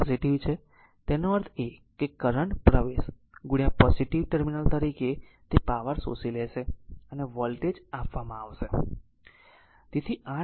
તેથી તે પોઝીટીવ છે તેનો અર્થ એ કે કરંટ પ્રવેશ પોઝીટીવ ટર્મિનલ તરીકે તે પાવર શોષી લેશે અને વોલ્ટેજ આપવામાં આવશે 8